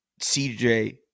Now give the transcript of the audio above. CJ